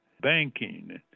banking